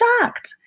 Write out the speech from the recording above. shocked